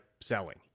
selling